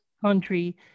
country